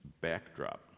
backdrop